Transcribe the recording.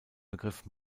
begriff